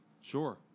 Sure